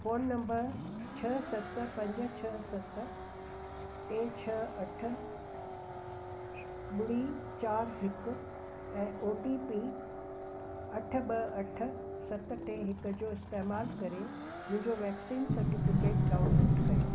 phone number छह सत पंज छह सत टे छह अठ ॿुड़ी चारि हिकु ऐं ओ टी पी अठ ॿ अठ सत टे हिक जो इस्तेमालु करे मुंहिंजो वैक्सीन सर्टिफिकेट डाउनलोड कयो